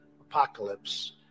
apocalypse